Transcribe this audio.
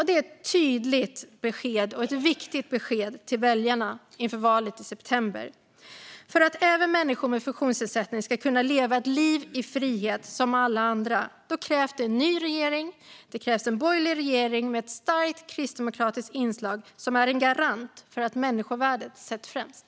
Det är ett tydligt och viktigt besked till väljarna inför valet i september. För att även människor med funktionsnedsättning ska kunna leva ett liv i frihet som alla andra krävs en ny regering. Det krävs en borgerlig regering med ett starkt kristdemokratiskt inslag, som är en garant för att människovärdet sätts främst.